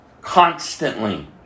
constantly